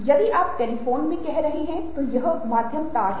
यदि आप टेलीफोन के बारे में कह रहे हैं तो यह माध्यम तार है